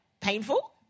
painful